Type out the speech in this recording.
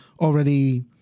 already